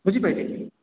ବୁଝିପାରିଲେ